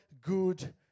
good